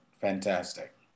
Fantastic